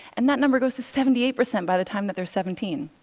and that number goes to seventy eight percent by the time that they're seventeen.